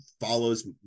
follows